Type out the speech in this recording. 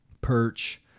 perch